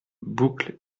boucle